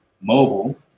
mobile